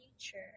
future